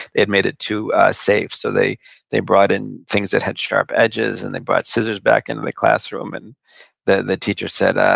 they had made it too safe, so they they brought in things that had sharp edges, and they brought scissors back into the classroom, and the the teachers said,